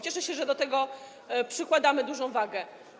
Cieszę się, że do tego przykładamy dużą wagę.